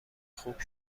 خوب